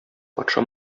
патша